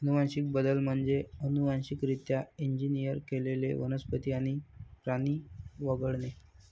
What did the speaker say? अनुवांशिक बदल म्हणजे अनुवांशिकरित्या इंजिनियर केलेले वनस्पती आणि प्राणी वगळणे